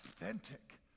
authentic